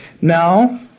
Now